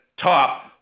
top